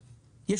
רחב.